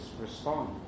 respond